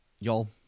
Y'all